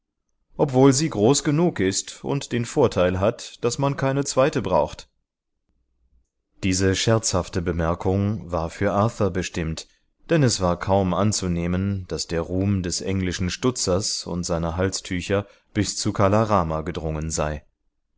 obwohl sie groß genug ist und den vorteil hat daß man keine zweite braucht diese scherzhafte bemerkung war für arthur bestimmt denn es war kaum anzunehmen daß der ruhm des englischen stutzers und seiner halstücher bis zu kala rama gedrungen sei